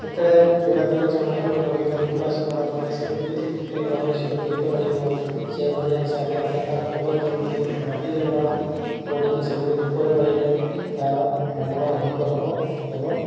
ଯେତେବେଳେ ବିଲାତି ଗଛମାନଙ୍କର ଲଗେଇଲେ ଫୁଲ ଆସିଗଲା ପରେ ସେଗୁଡ଼ିକ କିପରି ଭାବରେ ସୁରକ୍ଷିତ ରହିବ ସେ ଭଳିଆ ହିସାବରେ ଆମେ ତା'ର ଫୁଲ ଯେମିତି ମାଟିରେ ନ ପଡ଼ିକି ସେଗୁଡ଼ି ଉପରେ ରହିଲେ ତା'ର ଅମଳ ଅଧିକ ହବ ଏବଂ